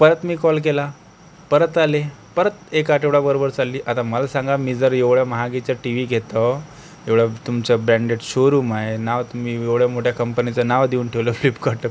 परत मी कॉल केला परत आले परत एक आठवडाभर बरोबर चालली आता मला सांगा मी जर एवढ्या महागाचा टी व्ही घेतो एवढ्या तुमच्या ब्रॅडेड शोरुम आहे नाव तुम्ही एवढं मोठ्या कंपनीचं नाव देऊन ठेवलं फ्लिपकार्ट